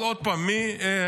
אבל עוד פעם, מי סיכל?